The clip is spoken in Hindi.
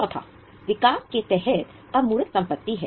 चौथा विकास के तहत अमूर्त संपत्ति है